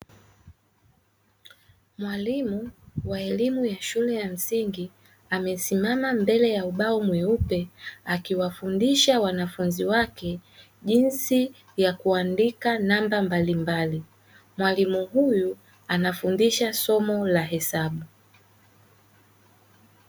Mwalimu wa elimu ya shule ya msingi amesimama mbele ya ubao mweupe akiwafundisha wanafunzi wake jinsi ya kuandika namba mbalimbali, mwalimu huyu anafundisha somo la hesabu.